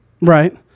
right